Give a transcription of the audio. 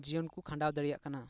ᱡᱤᱭᱚᱱ ᱠᱚ ᱠᱷᱟᱰᱟᱣ ᱫᱟᱲᱮᱭᱟᱜ ᱠᱟᱱᱟ